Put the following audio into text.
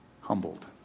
humbled